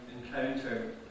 encounter